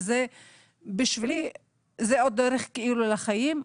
בשבילי זה דרך החיים,